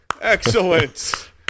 Excellent